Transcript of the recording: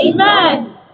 Amen